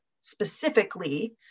specifically